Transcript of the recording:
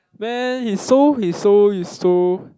man he's so he's so he's so